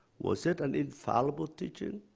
was it an infallible teaching?